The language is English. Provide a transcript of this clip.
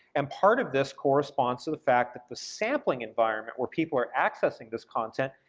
and part of this corresponds to the fact that the sampling environment, where people are accessing this content,